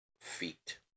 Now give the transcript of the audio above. feet